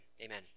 amen